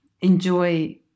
enjoy